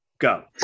go